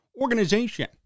organization